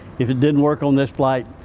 if it didn't work on this flight,